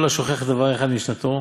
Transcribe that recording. כל השוכח דבר אחד ממשנתו,